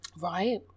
Right